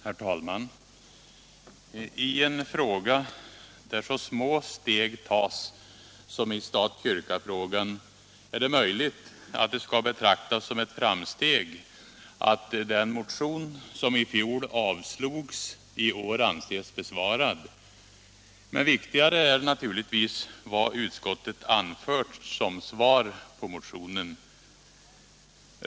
Herr talman! I en fråga där så små steg tas som i stat-kyrka-frågan är det möjligt att det skall betraktas som ett framsteg att den motion som i fjol avslogs i år anses besvarad. Men viktigare är naturligtvis vad utskottet anfört som svar på motionen.